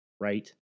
right